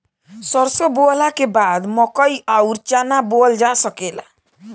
सरसों बोअला के बाद मकई अउर चना बोअल जा सकेला